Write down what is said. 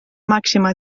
màxima